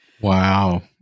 Wow